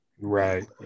Right